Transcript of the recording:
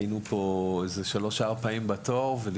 הישיבה ננעלה בשעה 12:15.